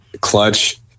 Clutch